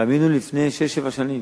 אלא לפני שש-שבע שנים,